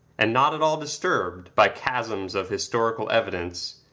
and not at all disturbed by chasms of historical evidence,